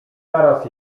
zaraz